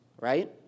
right